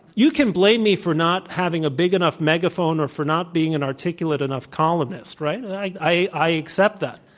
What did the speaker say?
you can blame me for not having a big enough megaphone or for not being an articulate enough columnist, right? and i i accept that.